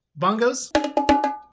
bongos